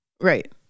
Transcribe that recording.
Right